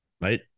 Right